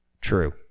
True